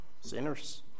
sinners